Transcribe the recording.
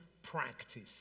practice